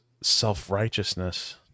self-righteousness